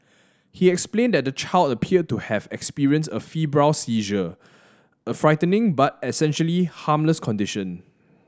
he explained that the child appeared to have experienced a febrile seizure a frightening but essentially harmless condition